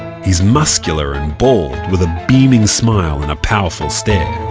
he's muscular and bald, with a beaming smile and a powerful stare.